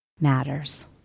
matters